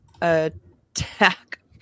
attack